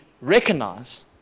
recognize